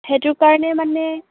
সেইটো কাৰণে মানে